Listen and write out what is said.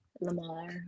Lamar